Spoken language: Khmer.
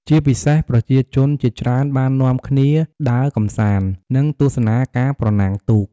ជាពិសេស ប្រជាជនជាច្រើនបាននាំគ្នា ដើរកម្សាន្ត និងទស្សនាការប្រណាំងទូក។